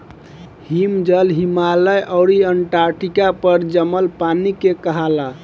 हिमजल, हिमालय आउर अन्टार्टिका पर जमल पानी के कहाला